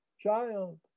child